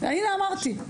ואני אומרת,